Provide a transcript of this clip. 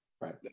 right